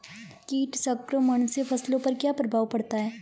कीट संक्रमण से फसलों पर क्या प्रभाव पड़ता है?